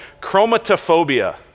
chromatophobia